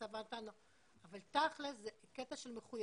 הצבא נתן לו אבל תכל'ס זה קטע של מחויבות.